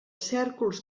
cèrcols